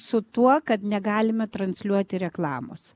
su tuo kad negalime transliuoti reklamos